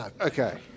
Okay